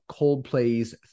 Coldplay's